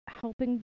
helping